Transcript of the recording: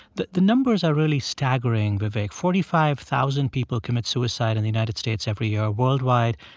the the numbers are really staggering, vivek. forty-five thousand people commit suicide in the united states every year worldwide,